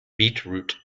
beetroot